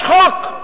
יש חוק,